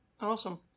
awesome